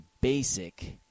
basic